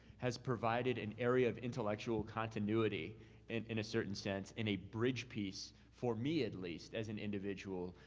has provided an area of intellectual continuity and in a certain sense and a bridge piece, for me at least as an individual,